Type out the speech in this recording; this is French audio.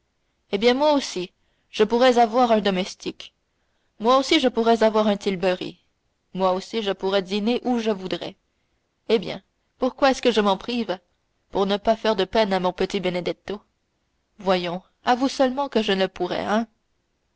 eh bien moi aussi je pourrais avoir un domestique moi aussi je pourrais avoir un tilbury moi aussi je pourrais dîner où je voudrais eh bien pourquoi est-ce que je m'en prive pour ne pas faire de peine à mon petit benedetto voyons avoue seulement que je le pourrais hein